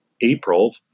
April